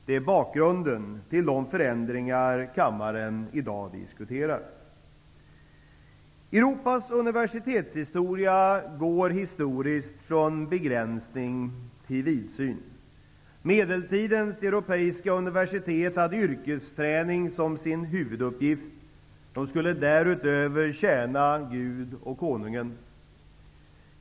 Det är bakgrunden till de förändringar kammaren i dag diskuterar. Europas universitetshistoria går från begränsning till vidsyn. Medeltidens europeiska universitet hade yrkesträning som sin huvuduppgift. De skulle därutöver tjäna Gud och konungen.